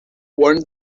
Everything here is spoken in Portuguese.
one